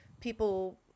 people